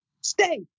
stay